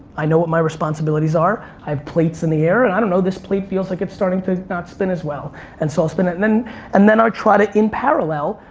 i know what my responsibilities are. i have plates in the air, and i don't know, this plate feels like it's starting to not spin as well and so i'll spin it. and then i'll try to, in parallel,